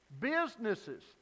Businesses